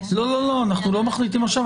אנחנו לא מחליטים עכשיו.